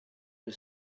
for